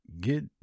get